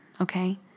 okay